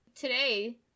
Today